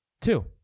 Two